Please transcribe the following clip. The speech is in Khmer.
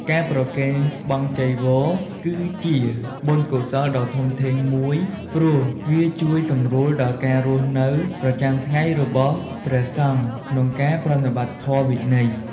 ការប្រគេនស្បង់ ចីវរ គឺជាបុណ្យកុសលដ៏ធំធេងមួយ ព្រោះវាជួយសម្រួលដល់ការរស់នៅប្រចាំថ្ងៃរបស់ព្រះសង្ឃក្នុងការប្រតិបត្តិធម៌វិន័យ។